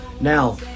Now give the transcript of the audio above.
Now